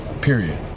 period